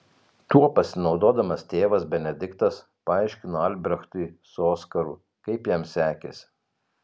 tuo pasinaudodamas tėvas benediktas paaiškino albrechtui su oskaru kaip jam sekėsi